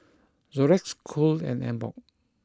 Xorex Cool and Emborg